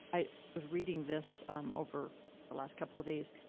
i was reading this over the last couple of days.